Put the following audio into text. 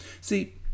see